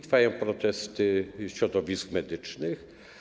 Trwają protesty środowisk medycznych.